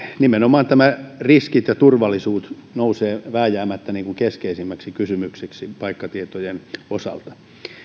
nimenomaan riskit ja turvallisuus nousevat vääjäämättä keskeisimmiksi kysymyksiksi paikkatietojen osalta